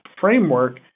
framework